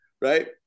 right